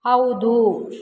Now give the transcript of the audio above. ಹೌದು